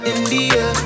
India